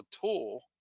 tool